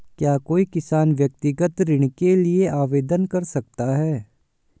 क्या कोई किसान व्यक्तिगत ऋण के लिए आवेदन कर सकता है?